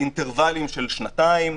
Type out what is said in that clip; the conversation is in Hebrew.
באינטרוולים של שנתיים,